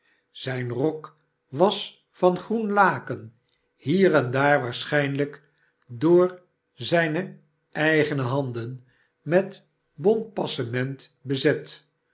zijn rok was van groen laken hier en daar waarschijnlijk door zijne eigene handen met bont passement bezet